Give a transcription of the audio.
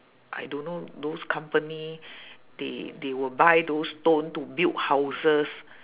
I don't know those company they they will buy those stone to build houses